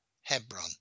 Hebron